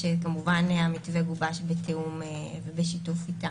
כשכמובן המתווה גובש בשיתוף איתה.